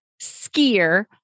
skier